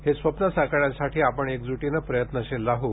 हे स्वप्न साकारण्यासाठी आपण एकजूटीने प्रयत्नशील राहू